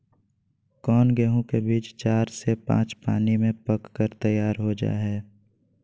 कौन गेंहू के बीज चार से पाँच पानी में पक कर तैयार हो जा हाय?